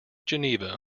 geneva